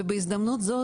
ובהזדמנות זו,